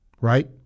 Right